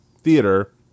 theater